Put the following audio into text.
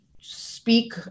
speak